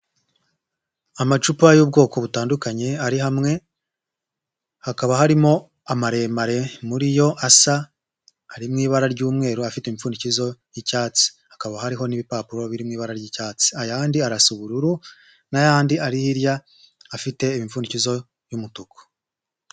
Amacupa y'ubwoko butandukanye ari hamwe, hakaba harimo amaremare muri yo asa, ari mu ibara ry'umweru afite impfundikizo y'icyatsi, hakaba hariho n'ibipapuro biri mu ibara ry'icyatsi, ayandi arasa ubururu n'ayandi ari hiya afite imipfunikizo y'umutuku.